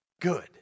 good